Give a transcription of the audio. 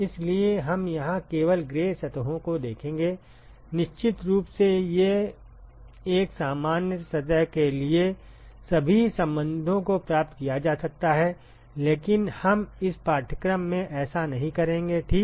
इसलिए हम यहां केवल ग्रे सतहों को देखेंगे निश्चित रूप से एक सामान्य सतह के लिए सभी संबंधों को प्राप्त किया जा सकता है लेकिन हम इस पाठ्यक्रम में ऐसा नहीं करेंगे ठीक है